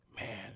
man